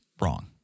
wrong